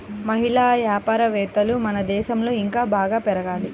మహిళా వ్యాపారవేత్తలు మన దేశంలో ఇంకా బాగా పెరగాలి